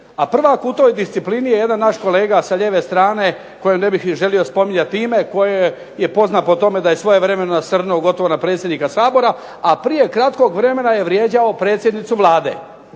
a prvak u toj disciplini je jedan naš kolega sa lijeve strane kojem ne bih ni želio spominjati ni ime, koji je poznat po tome da je svojevremeno nasrnuo gotovo na predsjednika Sabora, a prije kratkog vremena je vrijeđao predsjednicu Vlade